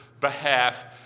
behalf